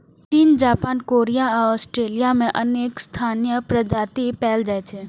चीन, Japan, Korea आ Australia मे अनेक स्थानीय प्रजाति पाएल जाइ छै